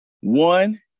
one